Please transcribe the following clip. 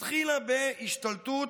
התחילה בהשתלטות,